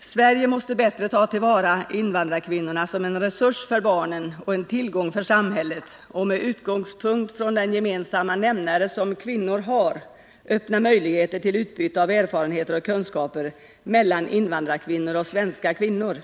Sverige måste bättre ta till vara invandrarkvinnorna som en resurs för barnen och en tillgång för samhället och, med utgångspunkt i den gemensamma nämnare som kvinnor har, öppna möjligheter till utbyte av erfarenheter och kunskaper mellan invandrarkvinnor och svenska kvinnor.